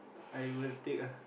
I will take ah